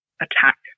attack